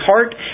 heart